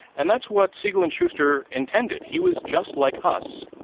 and that's what siegel and shuster intended. he was just like us,